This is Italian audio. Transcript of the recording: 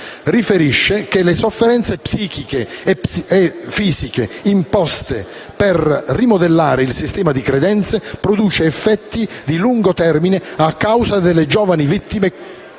riferisce che le sofferenze fisiche e psichiche, imposte per rimodellare il sistema di credenze, produce effetti di lungo termine e causa nelle giovani vittime